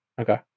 Okay